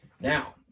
Now